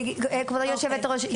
כבוד היושבת-ראש,